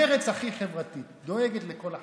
מרצ הכי חברתית, דואגת לכל החבר'ה.